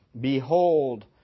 Behold